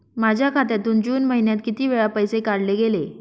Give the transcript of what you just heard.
माझ्या खात्यातून जून महिन्यात किती वेळा पैसे काढले गेले?